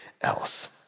else